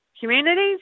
communities